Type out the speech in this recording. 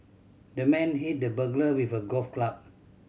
the man hit the burglar with a golf club